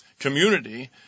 Community